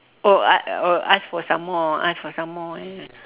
oh ask oh ask for some more ask for some more eh